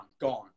Gone